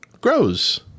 grows